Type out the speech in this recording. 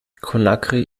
conakry